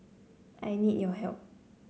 I need your help